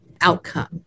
outcome